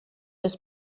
des